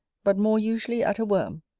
but more usually at a worm,